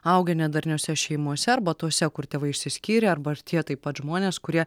augę nedarniose šeimose arba tose kur tėvai išsiskyrė arba ir tie taip pat žmonės kurie